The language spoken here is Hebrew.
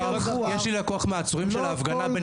לי לקוח מהעצורים של ההפגנה,